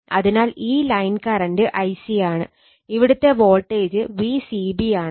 അതിനാൽ ഈ line current Ic ആണ് ഇവിടുത്തെ വോൾട്ടേജ് Vcb ആണ്